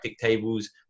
tables